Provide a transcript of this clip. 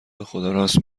بخداراست